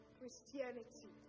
Christianity